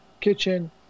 kitchen